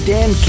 Dan